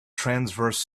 transverse